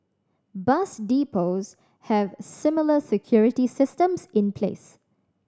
bus depots have similar security systems in place